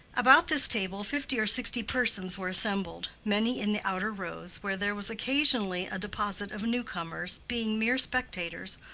about this table fifty or sixty persons were assembled, many in the outer rows, where there was occasionally a deposit of new-comers, being mere spectators,